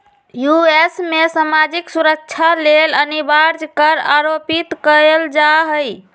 USA में सामाजिक सुरक्षा लेल अनिवार्ज कर आरोपित कएल जा हइ